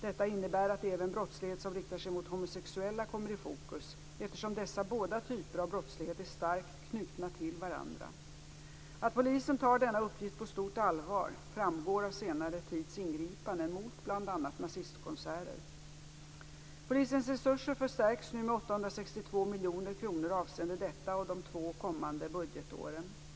Detta innebär att även brottslighet som riktar sig mot homosexuella kommer i fokus, eftersom dessa båda typer av brottslighet är starkt knutna till varandra. Att polisen tar denna uppgift på stort allvar framgår av senare tids ingripanden mot bl.a. nazistkonserter. Polisens resurser förstärks nu med 862 miljoner kronor avseende detta och de två kommande budgetåren.